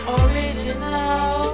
original